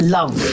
Love